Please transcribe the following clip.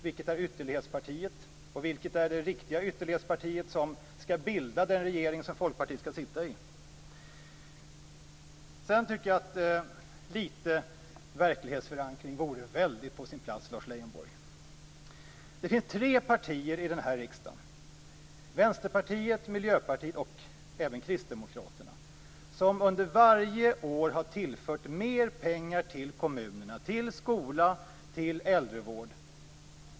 Vilket är ytterlighetspartiet, och vilket är det riktiga ytterlighetspartiet som skall bilda den regering som Folkpartiet skall sitta i? Det vore på sin plats med litet verklighetsförankring, Lars Leijonborg. Det finns tre partier i denna riksdag, Vänsterpartiet, Miljöpartiet och även Kristdemokraterna, som under varje år har tillfört mer pengar till kommunerna, till skolorna och till äldrevården.